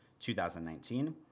2019